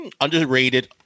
underrated